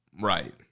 Right